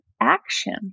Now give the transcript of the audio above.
action